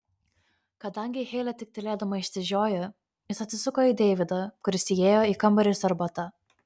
kadangi heilė tik tylėdama išsižiojo jis atsisuko į deividą kuris įėjo į kambarį su arbata